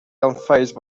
unfazed